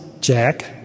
Jack